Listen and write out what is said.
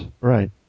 Right